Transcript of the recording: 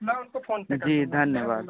जी धन्यवाद